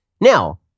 Now